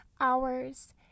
hours